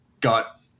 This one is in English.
got